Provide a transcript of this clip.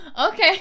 Okay